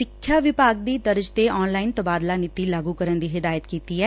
ਸਿੱਖਿਆ ਵਿਭਾਗ ਦੀ ਤਰਜ਼ ਤੇ ਆਨ ਲਾਈਨ ਤਬਾਦਲਾ ਨੀਤੀ ਲਾਗੁ ਕਰਨ ਦੀ ਹਿਦਾਇਤ ਕੀਤੀ ਐ